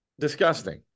disgusting